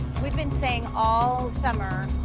we've been saying all summer